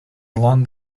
along